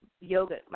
yoga